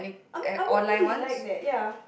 I mean I won't really like that ya